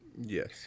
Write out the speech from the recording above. Yes